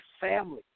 family